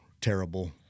terrible